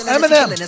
Eminem